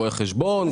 רואי חשבון,